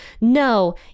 no